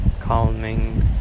calming